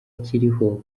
kiriho